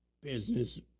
business